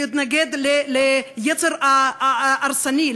להתנגד ליצר ההרסני,